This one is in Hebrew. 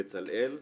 בצלאל,